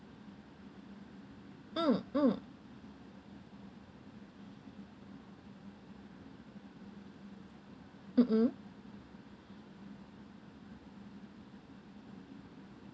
mm mm mm